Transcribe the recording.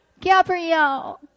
Gabrielle